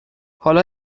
حالا